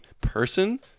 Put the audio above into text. person